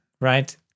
right